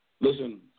Listen